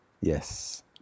Yes